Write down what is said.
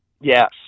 Yes